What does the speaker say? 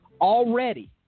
already